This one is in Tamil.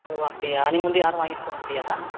ஓ அப்படியா நீங்கள் வந்து யாரும் வாங்கிட்டு போக முடியாதா